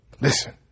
listen